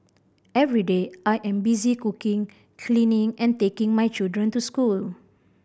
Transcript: every day I am busy cooking cleaning and taking my children to school